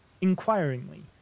inquiringly